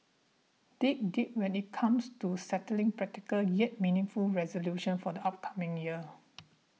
dig deep when it comes to setting practical yet meaningful resolutions for the upcoming year